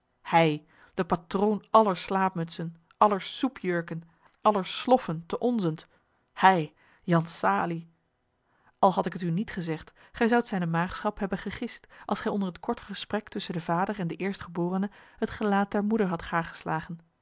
hij de patroon aller slaapmutsen aller soepjurken aller sloffen te onzent hij jan salie al had ik het u niet gezegd ge zoudt zijne maagschap hebben gegist als gij onder het korte gesprek tusschen den vader en den eerstgeborene het gelaat der moeder hadt